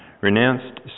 renounced